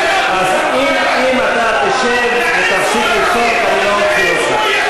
אז אם אתה תשב ותפסיק לצעוק אני לא אוציא אותך.